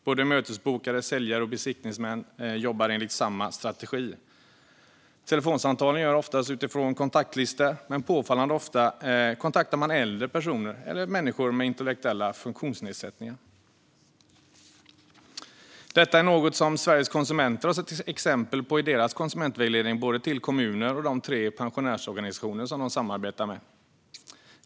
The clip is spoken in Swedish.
Både mötesbokare, säljare och besiktningsmän jobbar enligt samma strategi. Telefonsamtalen görs oftast utifrån kontaktlistor, men påfallande ofta kontaktar man äldre personer eller människor med intellektuella funktionsnedsättningar. Detta är något som Sveriges Konsumenter har sett exempel på i sin konsumentvägledning till både kommuner och de tre pensionärsorganisationer de samarbetar med.